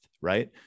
right